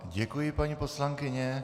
Děkuji vám, paní poslankyně.